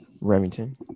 Remington